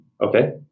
Okay